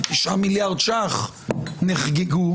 כ-9 מיליארד שקלים נחגגו,